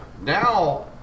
Now